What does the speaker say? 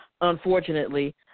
unfortunately